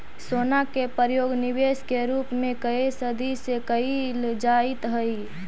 सोना के प्रयोग निवेश के रूप में कए सदी से कईल जाइत हई